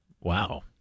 Wow